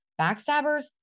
Backstabbers